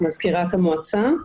מזכירת המועצה.